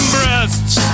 Breasts